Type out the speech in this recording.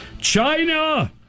China